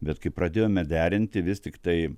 bet kai pradėjome derinti vis tiktai